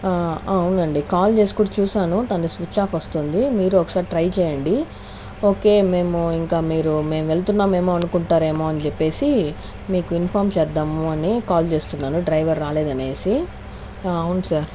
అవునండి కాల్ చేసి కూడా చూశాను తనది స్విచాఫ్ వస్తుంది మీరు ఒకసారి ట్రై చేయండి ఓకే మేము ఇంకా మీరు మేము వెళ్తున్నామేమో అనుకుంటారేమోని చెప్పేసి మీకు ఇన్ఫామ్ చేద్దాము అని కాల్ చేస్తున్నాను డ్రైవర్ రాలేదు అనేసి అవును సార్